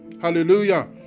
Hallelujah